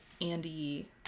Andy